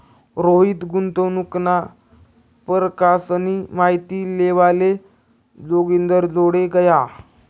रोहित गुंतवणूकना परकारसनी माहिती लेवाले जोगिंदरजोडे गया